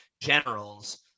generals